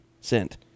Sent